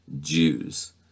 Jews